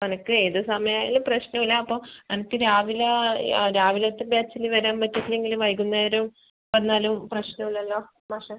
അനക്ക് ഏത് സമയം ആയാലും പ്രശ്നം ഇല്ല അപ്പോൾ അനക്ക് രാവിലെ ആ രാവിലത്തെ ബാച്ചിൽ വരാൻ പറ്റീറ്റില്ലെങ്കിൽ വൈകുന്നേരം വന്നാലും പ്രശ്നം ഇല്ലല്ലോ മാഷേ